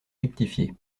rectifié